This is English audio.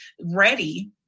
ready